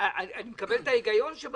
אנחנו מעדיפים שזה